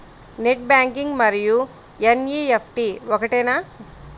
Net banking మరియు NEFT ఒకటేనా?